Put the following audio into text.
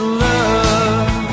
love